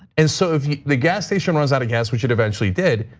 and so if the gas station runs out of gas we should eventually did,